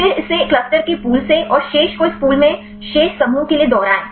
फिर इसे क्लस्टर के पूल से और शेष को इस पूल में शेष समूहों के लिए दोहराएं